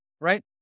right